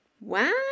Wow